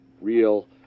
real